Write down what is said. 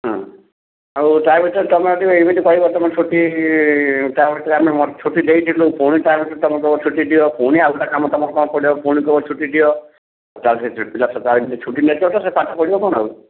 ହଁ ଆଉ ତା' ଭିତରେ ତୁମେ ଯଦି ଏମିତି କହିବ ଛୁଟି ତା' ଭିତରେ ଆମେ ଛୁଟି ଦେଇଥିଲୁ ତା'ପରେ ପୁଣି ତୁମେ କହିବ ଛୁଟି ଦିଅ ପୁଣି ଆଉ ତୁମ କ'ଣ କାମ ପଡ଼ିବ ଛୁଟି ଦିଅ ତାହେଲେ ସେ ପିଲା ସଦାବେଳେ ଛୁଟି ନେବ ସେ ପାଠ କ'ଣ ପଢ଼ିବ ଆଉ